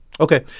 Okay